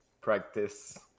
practice